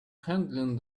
handling